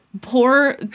poor